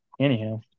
Anyhow